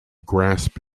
grasp